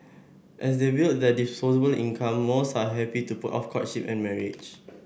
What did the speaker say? as they build their disposable income most are happy to put off courtship and marriage